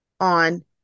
on